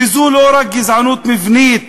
וזו לא רק גזענות מבנית,